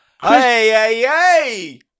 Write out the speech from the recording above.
Hey